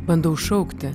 bandau šaukti